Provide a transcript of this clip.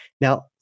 Now